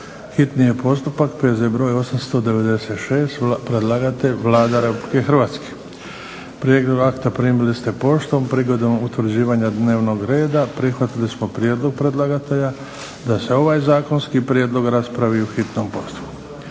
čitanje, P.Z.br. 896 Predlagatelj Vlada Republike Hrvatske. Prijedlog akta primili ste poštom. Prigodom utvrđivanja dnevnog reda prihvatili smo prijedlog predlagatelja da se ovaj zakonski prijedlog raspravi u hitnom postupku.